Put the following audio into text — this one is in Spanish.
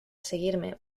seguirme